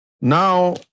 Now